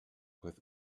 with